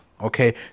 okay